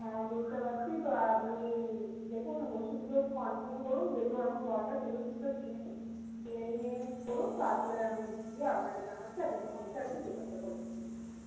হ্যাঁ বুঝতে পারছি তো আপনি দেখুন ওষুধগুলো তো কন্টিনিউ করুন যেগুলো এখন দরকার সেগুলো কিছুটা কিনে নিন কিনে নিয়ে করুন তারপরে আমি গিয়ে আপনাকে জানাচ্ছি আপনি তখন এসে একবরটি চেক আপটা করিয়ে নেবেন